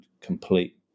complete